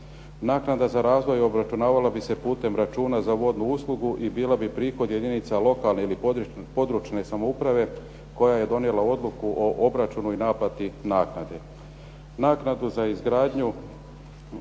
Naknada za razvoj obračunavala bi se putem računa za vodnu uslugu i bila bi prihod jedinica lokalne ili područne samouprave koja je donijela odluku o obračunu i naplati naknade. Naknadu za izgradnju